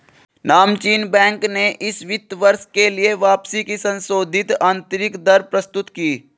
नामचीन बैंक ने इस वित्त वर्ष के लिए वापसी की संशोधित आंतरिक दर प्रस्तुत की